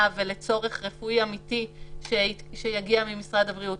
ולצורך רפואי אמיתי שיגיע ממשרד הבריאות.